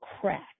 crack